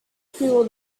feel